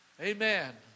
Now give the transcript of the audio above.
amen